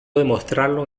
demostrarlo